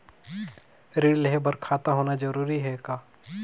ऋण लेहे बर खाता होना जरूरी ह का?